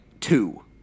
two